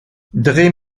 dreh